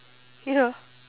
ya